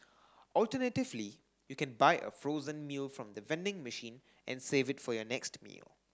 alternatively you can buy a frozen meal from the vending machine and save it for your next meal